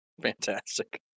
Fantastic